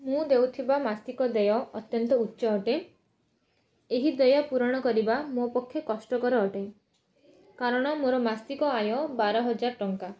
ମୁଁ ଦେଉଥିବା ମାସିକ ଦେୟ ଅତ୍ୟନ୍ତ ଉଚ୍ଚ ଅଟେ ଏହି ଦେୟ ପୂରଣ କରିବା ମୋ ପକ୍ଷେ କଷ୍ଟକର ଅଟେ କାରଣ ମୋର ମାସିକଆୟ ବାରହଜାର ଟଙ୍କା